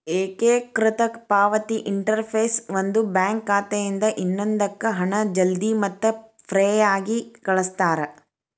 ಏಕೇಕೃತ ಪಾವತಿ ಇಂಟರ್ಫೇಸ್ ಒಂದು ಬ್ಯಾಂಕ್ ಖಾತೆಯಿಂದ ಇನ್ನೊಂದಕ್ಕ ಹಣ ಜಲ್ದಿ ಮತ್ತ ಫ್ರೇಯಾಗಿ ಕಳಸ್ತಾರ